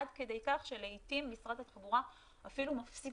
עד כדי כך שלעיתים משרד התחבורה אפילו מפסיק